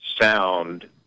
sound